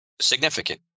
significant